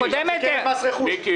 למס רכוש.